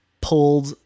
pulled